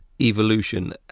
evolution